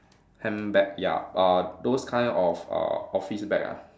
handbag ya uh those kind of uh office bag ah